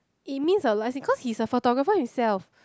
it means a lot as in cause he's a photographer himself